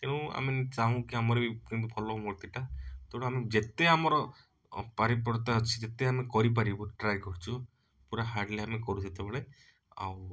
ତେଣୁ ଆମେ ଚାହୁଁକି ଆମର ବି କେମିତି ଭଲ ହବ ମୂର୍ତ୍ତିଟା ତେଣୁ ଆମେ ଯେତେ ଆମର ଅପାରିପର୍ତ୍ତା ଅଛି ଯେତେ ଆମେ କରିପାରିବୁ ଟ୍ରାଇ କରିଛୁ ପୁରା ହାର୍ଡ଼ଲି ଆମେ କରୁ ସେତେବେଳେ ଆଉ